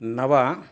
नव